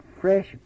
fresh